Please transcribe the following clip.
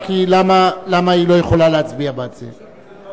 רק למה היא לא יכולה להצביע בעד זה?